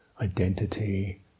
identity